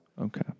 Okay